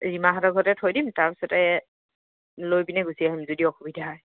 ৰীমাহঁতৰ ঘৰতে থৈ দিম তাৰপাছতে লৈ পিনে গুচি আহিম যদি অসুবিধা হয়